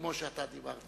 כמו שאתה כבר דיברת